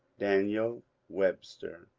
daniel webster.